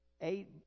eight